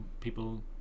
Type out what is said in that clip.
people